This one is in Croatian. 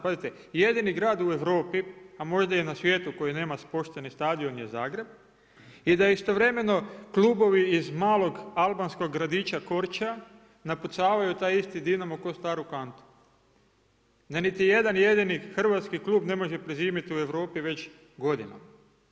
Pazite jedini grad u Europi, a možda i na svijetu koji nema pošteni stadion je Zagreb i da istovremeno klubovi iz malog albanskog gradića Korča napucavaju taj isti Dinamo ko staru kantu, da niti jedan jedini hrvatski klub ne može prezimiti u Europi već godinama.